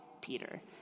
Peter